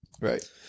right